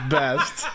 best